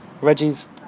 Reggie's